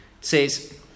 says